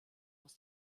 aus